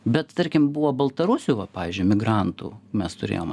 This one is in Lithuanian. bet tarkim buvo baltarusių va pavyzdžiui migrantų mes turėjom